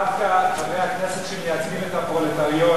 דווקא חברי הכנסת שמייצגים את הפרולטריון